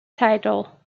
title